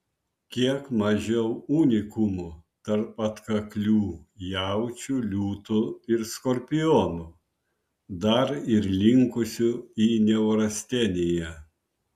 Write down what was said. kiek mažiau unikumų tarp atkaklių jaučių liūtų ir skorpionų dar ir linkusių į neurasteniją